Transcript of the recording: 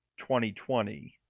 2020